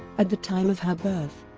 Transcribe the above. at the time of her birth,